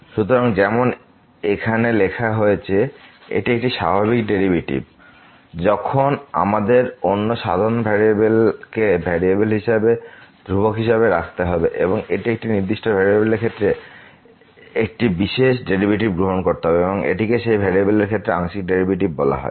সুতরাং যেমন এখানে লেখা হয়েছে এটি একটি স্বাভাবিক ডেরিভেটিভ যখন আমাদের অন্য স্বাধীন ভেরিয়েবলকে ভেরিয়েবল হিসাবে ধ্রুবক হিসাবে রাখতে হবে এবং একটি নির্দিষ্ট ভেরিয়েবলের ক্ষেত্রে একটি বিশেষের ডেরিভেটিভ গ্রহণ করতে হবে এবং এটিকে সেই ভেরিয়েবলের ক্ষেত্রে আংশিক ডেরিভেটিভ বলা হয়